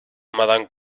madame